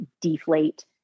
deflate